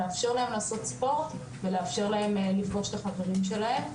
לאפשר להם לעשות ספורט ולאפשר להם לפגוש את החברים שלהם,